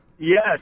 Yes